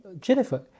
Jennifer